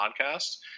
podcast